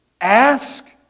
ask